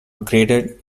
graded